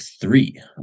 three